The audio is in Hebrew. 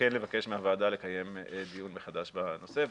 שכן לבקש מהוועדה לקיים דיון מחדש בנושא.